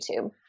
YouTube